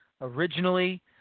originally